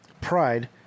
Pride